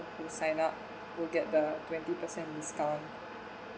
who sign up will get the twenty percent discount